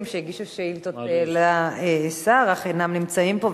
שהגישו שאילתות לשר אך אינם נמצאים פה,